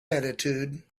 attitude